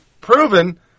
proven